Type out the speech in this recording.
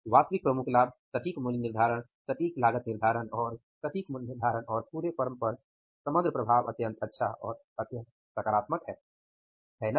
वास्तविक प्रमुख लाभ सटीक मूल्य निर्धारण सटीक लागत निर्धारण और सटीक मूल्य निर्धारण और पुरे फर्म पर समग्र प्रभाव अत्यंत अच्छा और अत्यंत सकारात्मक है है ना